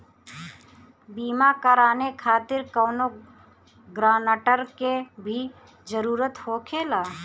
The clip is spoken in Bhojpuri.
बीमा कराने खातिर कौनो ग्रानटर के भी जरूरत होखे ला?